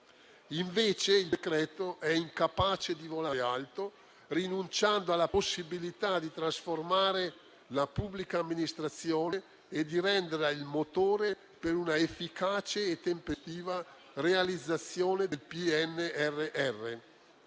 Invece, il decreto è incapace di volare alto, rinunciando alla possibilità di trasformare la pubblica amministrazione e di renderla il motore per una efficace e tempestiva realizzazione del PNRR.